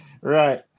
right